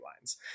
lines